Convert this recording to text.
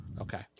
Okay